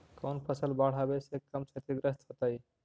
कौन फसल बाढ़ आवे से कम छतिग्रस्त होतइ?